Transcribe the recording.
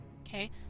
okay